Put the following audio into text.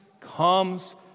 comes